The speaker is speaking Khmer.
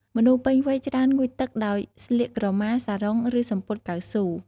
មនុស្សពេញវ័យច្រើនងូតទឹកដោយស្លៀកក្រមា សារ៉ុង ឬ សំពត់កៅស៊ូ។